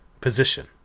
position